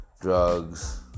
drugs